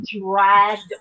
dragged